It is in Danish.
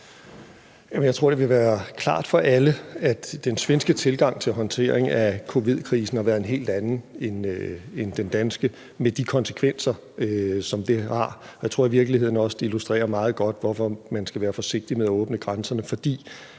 Jeg tror, det vil være klart for alle, at den svenske tilgang til håndteringen af covidkrisen har været en helt anden end den danske med de konsekvenser, som det har. Jeg tror i virkeligheden også, det illustrerer meget godt, hvorfor man skal være forsigtig med at åbne grænserne. For